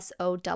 SOW